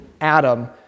Adam